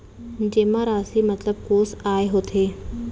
जेमा राशि मतलब कोस आय होथे?